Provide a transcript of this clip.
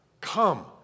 Come